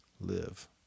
live